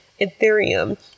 Ethereum